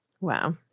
Wow